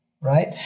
right